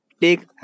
take